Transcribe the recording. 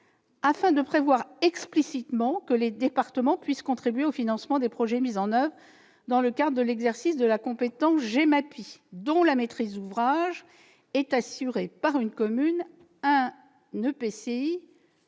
afin de prévoir explicitement que les départements puissent contribuer au financement des projets mis en oeuvre dans le cadre de l'exercice de la compétence GEMAPI, dont la maîtrise d'ouvrage est assurée par une commune, un EPCI